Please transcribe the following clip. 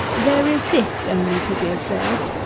there is this only to be observed,